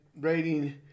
rating